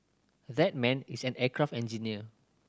that man is an aircraft engineer